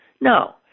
No